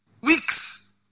weeks